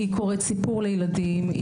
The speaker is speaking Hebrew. היא קוראת סיפור לילדים,